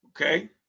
okay